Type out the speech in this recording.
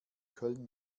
köln